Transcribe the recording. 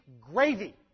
gravy